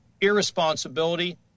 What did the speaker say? irresponsibility